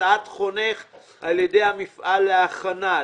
הקצאת חונך על ידי המפעל להכנה.